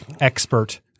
expert